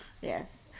yes